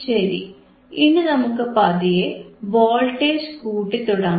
ശരി ഇനി നമുക്ക് പതിയെ വോൾട്ടേജ് കൂട്ടിത്തുടങ്ങാം